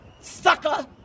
sucker